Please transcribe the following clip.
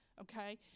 okay